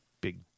big